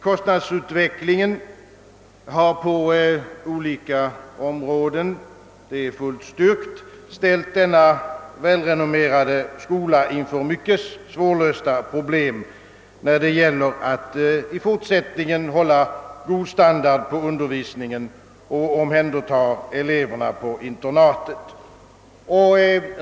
Kostnadsutvecklingen har på olika områden — det är fullt styrkt — ställt denna välrenommerade skola inför mycket svårlösta problem, när det gäller att i fortsättningen hålla god stan dard på undervisningen och omhänderta eleverna på internatet.